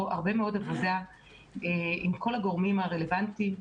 הרבה עבודה עם כל הגורמים הרלוונטיים.